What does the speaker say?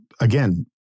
again